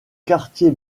quartier